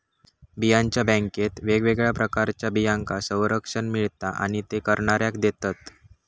बियांच्या बॅन्केत वेगवेगळ्या प्रकारच्या बियांका संरक्षण मिळता आणि ते करणाऱ्याक देतत